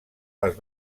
les